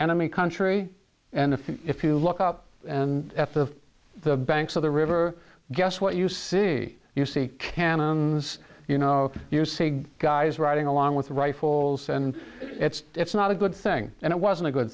enemy country and if you look up and the banks of the river guess what you see you see cannons you know you see guys riding along with rifles and it's it's not a good thing and it wasn't a good